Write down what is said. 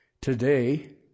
today